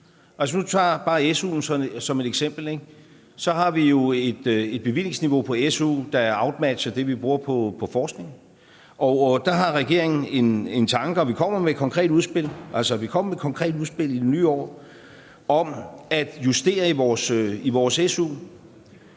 vi nu tager SU'en som et eksempel, har vi jo et bevillingsniveau på SU, der outmatcher det, vi bruger på forskning. Der har regeringen en tanke. Vi kommer med et konkret udspil i det nye år om at justere i SU'en